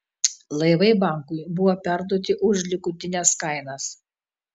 laivai bankui buvo perduoti už likutines kainas